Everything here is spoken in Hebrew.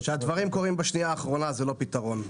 כשהדברים קורים בשנייה האחרונה זה לא פתרון.